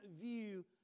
view